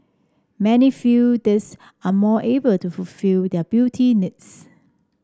many feel these are more able to fulfil their beauty needs